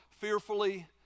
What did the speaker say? fearfully